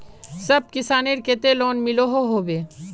सब किसानेर केते लोन मिलोहो होबे?